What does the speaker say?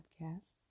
podcast